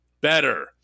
Better